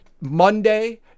Monday